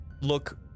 look